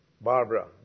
Barbara